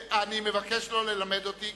אני מבקש לא ללמד אותי.